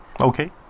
okay